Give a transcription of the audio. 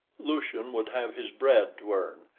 lucian would have his bread to earn,